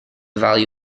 value